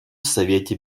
совете